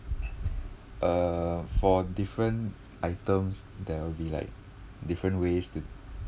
uh for different items there will be like different ways to